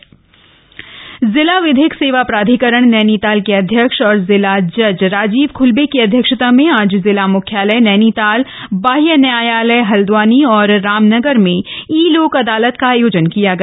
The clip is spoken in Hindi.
ई लोक अदालत जिला विधिक सेवा प्राधिकरण नैनीताल के अध्यक्ष और जिला जज राजीव खुल्बे की अध्यक्षता में आज जिला मुख्यालय नैनीताल बाह्य न्यायालय हल्द्वानी और रामनगर में ई लोक अदालत का आयोजन किया गया